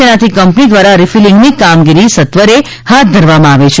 જેનાથી કંપની દ્વારા રીફીલીંગની કામગીરી સત્વરે હાથ ધરવામાં આવે છે